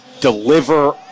Deliver